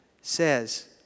says